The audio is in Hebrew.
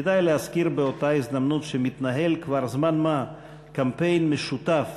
כדאי להזכיר באותה הזדמנות שמתנהל כבר זמן מה קמפיין משותף